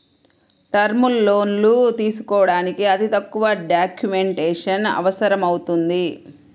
term లోన్లు తీసుకోడానికి అతి తక్కువ డాక్యుమెంటేషన్ అవసరమవుతుంది